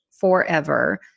forever